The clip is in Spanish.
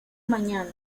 mañana